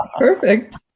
Perfect